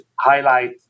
highlight